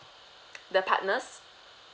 the partners